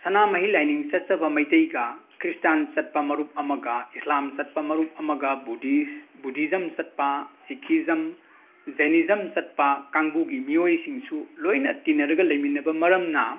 ꯁꯅꯥꯃꯍꯤ ꯂꯥꯏꯅꯤꯡ ꯆꯠꯆꯕ ꯃꯩꯇꯩꯒ ꯀ꯭ꯔꯤꯁꯇꯥꯟ ꯆꯠꯄ ꯃꯔꯨꯞ ꯑꯃꯒ ꯏꯁꯂꯥꯝ ꯆꯠꯄ ꯃꯔꯨꯞ ꯑꯃꯒ ꯕꯨꯙꯤꯁ ꯕꯨꯙꯤꯖꯝ ꯆꯠꯄ ꯁꯤꯀꯤꯖꯝ ꯖꯩꯅꯤꯖꯝ ꯆꯠꯄ ꯀꯥꯡꯕꯨꯒꯤ ꯃꯤꯑꯣꯏꯁꯤꯡꯁꯨ ꯂꯣꯏꯅ ꯇꯤꯟꯅꯔꯒ ꯂꯩꯃꯤꯟꯅꯕ ꯃꯔꯝꯅ